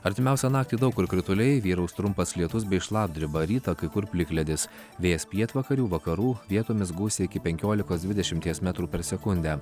artimiausią naktį daug kur krituliai vyraus trumpas lietus bei šlapdribą rytą kai kur plikledis vėjas pietvakarių vakarų vietomis gūsiai iki penkiolikos dvidešimties metrų per seknudę